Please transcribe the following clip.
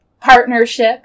partnership